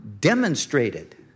demonstrated